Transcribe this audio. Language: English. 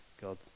God